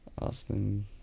Austin